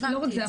לא רק זה.